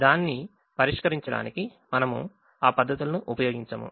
దాన్ని పరిష్కరించడానికి మనము ఆ పద్ధతులను ఉపయోగించము